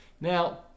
Now